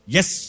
Yes